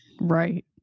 Right